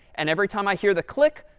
and every time i hear the click,